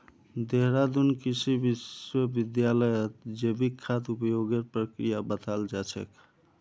देहरादून कृषि विश्वविद्यालयत जैविक खाद उपयोगेर प्रक्रिया बताल जा छेक